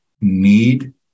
need